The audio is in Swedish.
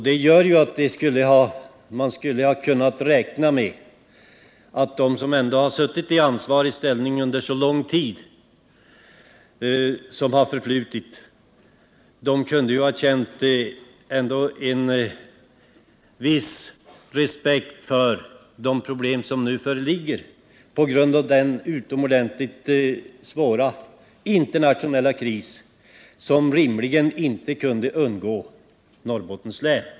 Det gör att man borde ha kunnat räkna med att de som suttit i ansvarig ställning under den långa tid som förflutit skulle ha känt en viss respekt för de problem som vi har på grund av den utomordentligt svåra internationella kris som rimligen inte kunde undgå att drabba även Norrbottens län.